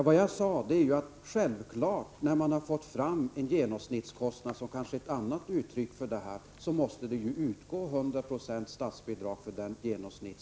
Vad jag sade var att när man har fått fram en genomsnittskostnad måste ju statsbidrag utgå med 100 96 för det beloppet.